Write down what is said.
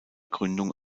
gründung